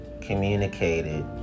communicated